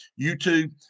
YouTube